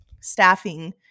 staffing